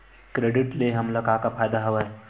Credit ले हमन का का फ़ायदा हवय?